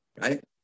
right